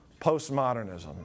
postmodernism